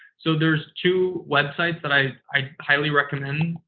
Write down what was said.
so, there's two websites that i i highly recommend,